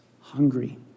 hungry